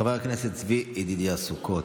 חבר הכנסת צבי ידידיה סוכות,